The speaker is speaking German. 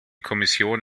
kommission